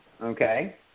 okay